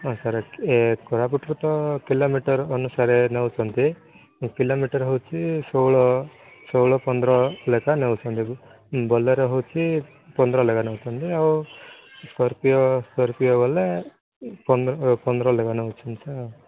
ହଁ ସାର୍ ଏ କୋରାପୁଟରେ ତ କିଲୋମିଟର୍ ଅନୁସାରେ ନେଉଛନ୍ତି କିଲୋମିଟର୍ ହେଉଛି ଷୋଳ ଷୋଳ ପନ୍ଦର ଲେଖାଁ ନେଉଛନ୍ତି ତା'କୁ ବୋଲର୍ ହେଉଛି ପନ୍ଦର ଲେଖାଁ ନେଉଛନ୍ତି ଆଉ ସ୍କର୍ପିଓ ସ୍କର୍ପିଓ ବୋଲେ ପନ୍ଦର ପନ୍ଦର ଲେଖାଁ ନେଉଛନ୍ତି ଆଉ